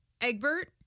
Egbert